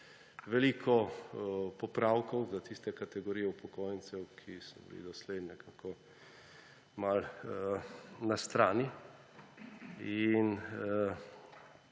veliko popravkov za tiste kategorije upokojencev, ki so bili doslej malo na strani.